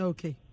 Okay